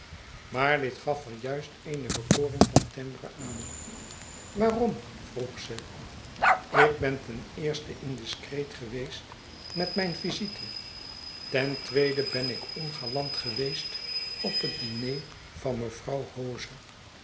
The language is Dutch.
maar dit gaf er juist eene bekoring van timbre aan waarom vroeg ze ik ben ten eerste indiscreet geweest met mijn visite ten tweede ben ik ongalant geweest op het diner van mevrouw hoze